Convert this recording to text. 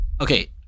okay